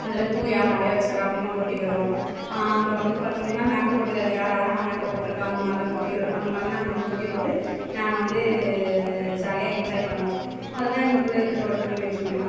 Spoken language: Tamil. அதில் பூ யார் நிறையா வச்சுக்குறா அப்படினு போட்டி வரும் அப்புறம் வந்து பார்த்தீங்கனா மேக்கப் போட்டுக்கிறதுல யார் அழகாக மேக்கப் போட்டிருக்கா அந்த மாதிரிலாம் போட்டி வரும் அந்த மாதிரிலாம் நாங்கள் வந்து போட்டி போட்டு நாங்கள் வந்து ஜாலியாக என்ஜாய் பண்ணுவோம் அதுதான் எங்களுக்குள்ளே இருக்கிற ஒற்றுமை வேற்றுமையெலாம்